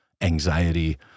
anxiety